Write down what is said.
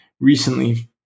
recently